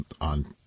on